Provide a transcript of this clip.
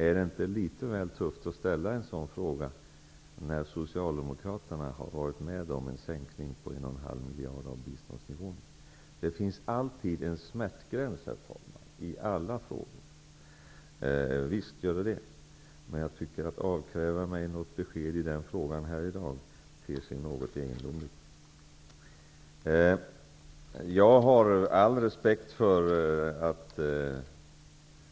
Är det inte litet väl tufft att ställa en sådan fråga när Socialdemokraterna har varit med på en sänkning om 1,5 miljarder kronor av biståndsnivån? Det finns alltid en smärtgräns i alla frågor, herr talman. Men att avkräva mig något besked i den frågan i dag ter sig något egendomligt. Jag har all respekt för att